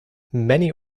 many